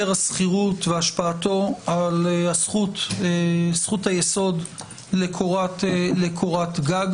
השכירות והשפעתו על זכות היסוד לקורת גג.